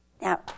Now